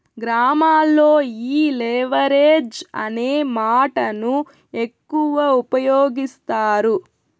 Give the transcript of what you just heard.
గ్రామాల్లో ఈ లెవరేజ్ అనే మాటను ఎక్కువ ఉపయోగిస్తారు